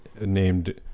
named